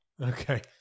Okay